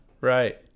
Right